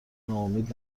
ناامید